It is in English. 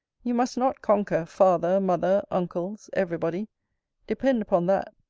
you must not conquer father, mother, uncles, every body depend upon that.